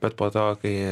bet po to kai